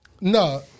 No